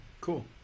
cool